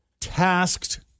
tasked